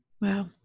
Wow